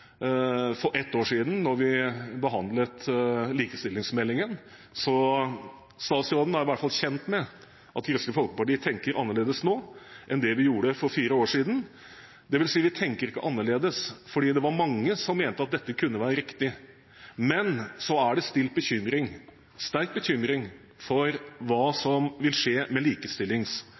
vi behandlet likestillingsmeldingen for ett år siden. Statsråden er i hvert fall kjent med at Kristelig Folkeparti tenker annerledes nå enn det vi gjorde for fire år siden. Det vil si – vi tenker ikke annerledes, for det var mange som mente at dette kunne være riktig. Men det er sterk bekymring for hva som vil skje med